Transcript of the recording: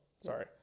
Sorry